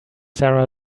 sarah